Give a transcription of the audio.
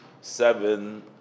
seven